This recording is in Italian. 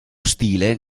stile